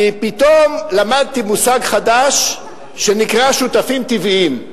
כי פתאום למדתי מושג חדש שנקרא "שותפים טבעיים".